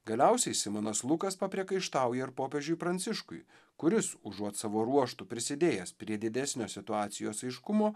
galiausiai simonas lukas papriekaištauja ir popiežiui pranciškui kuris užuot savo ruožtu prisidėjęs prie didesnio situacijos aiškumo